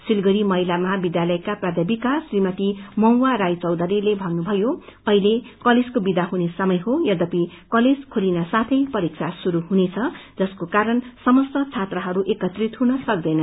सिलगढ़ी महिला महाविध्यालयका प्राध्यापिका श्रीमती महआ राय चौधरीले भन्नुभयो अहिले कलेजको विदा हुने समय हो यध्यपि कलेज खोलिनसाथै परीक्षा शुरू हुनेछ जसको कारण समस्त छात्राहरू एकत्रित हुन सकिंदैन